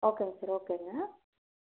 ஓகேங்க சார் ஓகேங்க